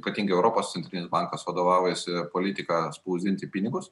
ypatingai europos centrinis bankas vadovaujasi politika spausdinti pinigus